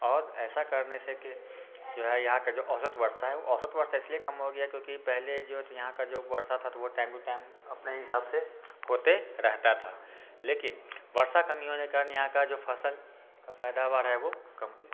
और ऐसा करने से के जो है यहाँ का जो औसत वर्षा है औसत वर्षा इसलिए कम हो गया है क्योंकि पहले जो है तो यहाँ का जो वर्षा था वह टाइम टू टाइम अपने हिसाब से होते रहता था लेकिन वर्षा कमी होने कारण यहाँ का जो फसल का पैदावार है वह कम